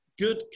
good